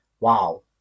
Wow